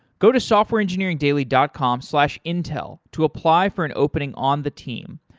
go to softwareengineeringdaily dot com slash intel to apply for an opening on the team.